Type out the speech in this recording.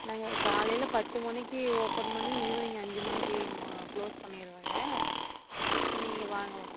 நாங்கள் காலையில பத்து மணிக்கு ஓப்பன் பண்ணி ஈவினிங் அஞ்சு மணிக்கு மா க்லோஸ் பண்ணிடுவேங்க நீங்கள் வாங்க